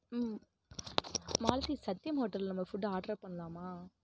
ம் மாலதி சத்தியம் ஹோட்டலில் நம்ம ஃபுட் ஆர்டர் பண்ணலாமா